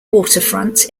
waterfront